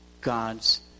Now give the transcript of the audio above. God's